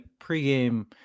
pregame